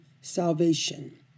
salvation